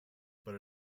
but